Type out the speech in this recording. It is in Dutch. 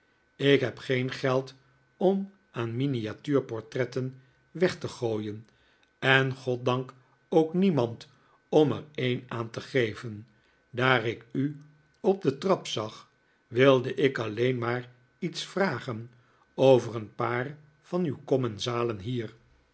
ik heb geen geld om aan miniatuurportretten weg te gooien en goddank ook niemand om er een aan te geven daar ik u op de trap zag wilde ik alleen maar iets vragen over een paar van uw commensalen bier